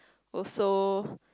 also